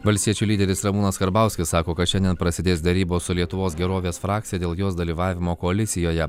valstiečių lyderis ramūnas karbauskis sako kad šiandien prasidės derybos su lietuvos gerovės frakcija dėl jos dalyvavimo koalicijoje